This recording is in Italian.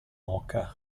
oca